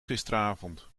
gisteravond